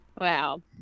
wow